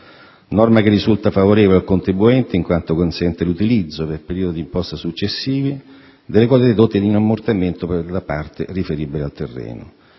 norma risulta favorevole al contribuente, in quanto consente l'utilizzo, per periodi di imposta successivi, delle quote dedotte in ammortamento per la parte riferibile al terreno.